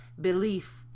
Belief